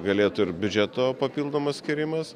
galėtų ir biudžeto papildomas skyrimas